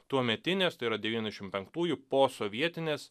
tuometinės tai yra devyniasdešimt penktųjų posovietinės